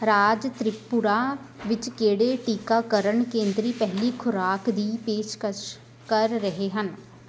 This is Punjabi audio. ਰਾਜ ਤ੍ਰਿਪੁਰਾ ਵਿੱਚ ਕਿਹੜੇ ਟੀਕਾਕਰਨ ਕੇਂਦਰੀ ਪਹਿਲੀ ਖੁਰਾਕ ਦੀ ਪੇਸ਼ਕਸ਼ ਕਰ ਰਹੇ ਹਨ